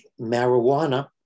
marijuana